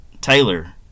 Taylor